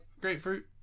grapefruit